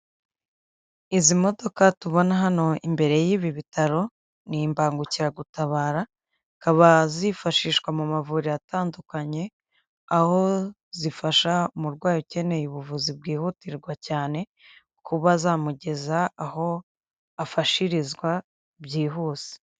Izi modoka tubona hano imbere y'ibi bitaro, ni imbangukiragutabara zikaba zifashishwa mu mavuriro atandukanye, aho zifasha umurwayi ukeneye ubuvuzi bwihutirwa cyane kubazamugeza aho afashirizwa byihuse.